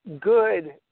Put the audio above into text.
good